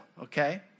okay